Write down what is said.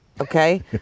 okay